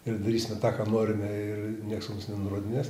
ir darysime tą ką norime ir nieks mums nenurodinės